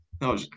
No